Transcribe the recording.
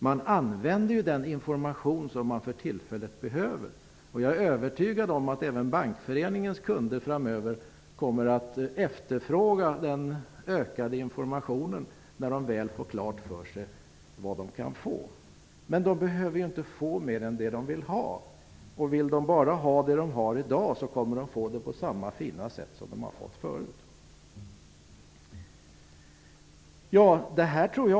Man använder ju bara den information som man för tillfället behöver. Jag är övertygad om att även Bankföreningens kunder framöver kommer att efterfråga den utökade informationen, när de väl får klart för sig vad de kan få. Men de behöver inte få mer information än de vill ha. Om de bara vill ha det som de får i dag, så kommer de att få det på samma fina sätt som nu.